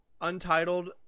Untitled